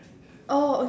oh